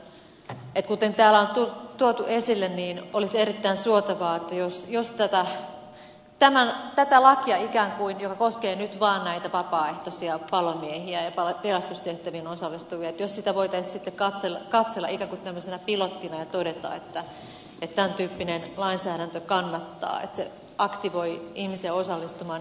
kuten täällä on tuotu esille olisi erittäin suotavaa jos tätä lakia joka koskee nyt vaan näitä vapaaehtoisia palomiehiä ja pelastustehtäviin osallistuvia voitaisiin sitten katsella ikään kuin tämmöisenä pilottina ja todeta että tämän tyyppinen lainsäädäntö kannattaa että se aktivoi ihmisiä osallistumaan yhteiskuntaan